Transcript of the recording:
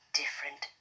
different